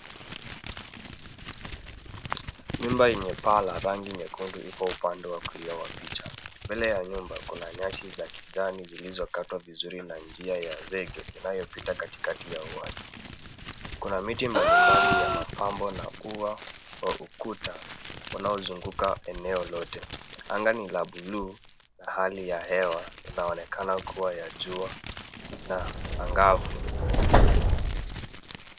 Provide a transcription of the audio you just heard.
Nyumba yenye paa la rangi nyekundu ipo upande wa kulia wa picha ,mbele ya nyumba kuna nyasi za kijani zilizokatwa vizuri na njia ya zege inayopita katikati ya uwanja. Kuna miti mbalimbali ya mapambo na ua wa ukuta unaozunguka eneo lote, anga ni la blue na hali ya hewa inaonekana kuwa ya jua na angavu.